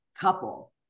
couple